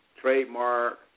trademark